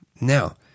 Now